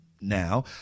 now